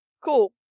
Cool